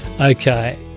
okay